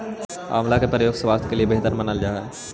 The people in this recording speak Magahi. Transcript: आंवला के प्रयोग स्वास्थ्य के लिए बेहतर मानल जा हइ